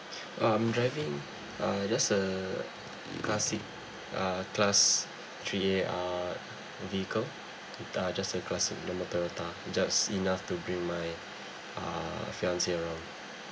um driving uh just a classic uh class three A R vehicle toyota just a classic number toyota just enough to bring my uh fiancée around